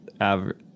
average